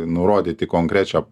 nurodyti konkrečią